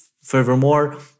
Furthermore